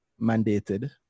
mandated